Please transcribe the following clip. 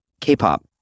K-pop